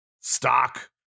stock